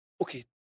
Okay